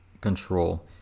control